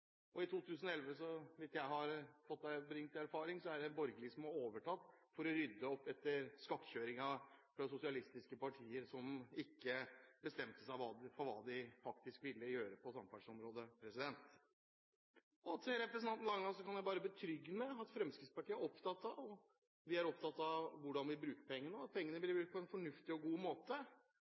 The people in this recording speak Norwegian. liker. I 2011 var det – så vidt jeg har kunnet bringe på det rene – de borgerlig som overtok for å rydde opp i skakkjøringen etter sosialistiske partier som ikke bestemte seg for hva de faktisk ville gjøre på samferdselsområdet. Til representanten Langeland: Jeg kan berolige ham med at Fremskrittspartiet er opptatt av hvordan vi bruker pengene, og at de blir brukt på en fornuftig og god måte.